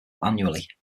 annually